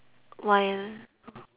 why leh